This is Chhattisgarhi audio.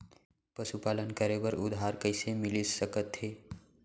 पशुपालन करे बर उधार कइसे मिलिस सकथे?